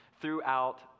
throughout